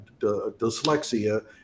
dyslexia